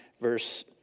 verse